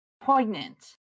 poignant